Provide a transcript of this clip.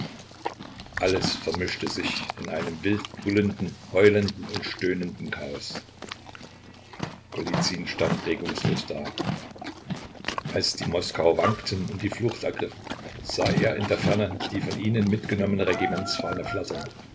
alles vermischte sich in einem wild brüllenden heulenden und stöhnenden chaos golizyn stand regungslos da als die moskauer wankten und die flucht ergriffen sah er in der ferne die von ihnen mitgenommene regimentsfahne flattern